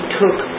took